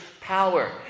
power